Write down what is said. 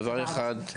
דבר אחד,